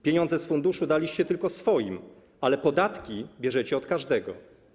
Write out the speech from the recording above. Pieniądze z funduszu daliście tylko swoim, ale podatki bierzecie od każdego.